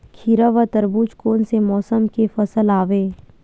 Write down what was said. खीरा व तरबुज कोन से मौसम के फसल आवेय?